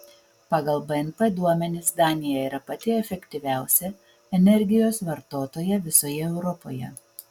pagal bnp duomenis danija yra pati efektyviausia energijos vartotoja visoje europoje